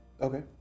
Okay